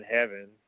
heaven